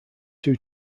two